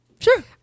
Sure